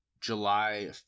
July